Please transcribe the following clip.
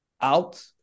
out